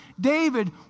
David